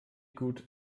gut